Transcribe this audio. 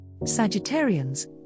Sagittarians